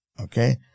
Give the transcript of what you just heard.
okay